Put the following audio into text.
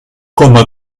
coma